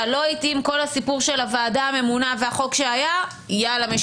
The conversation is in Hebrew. לא התאים כל הסיפור של הוועדה הממונה והחוק שהיה יאללה,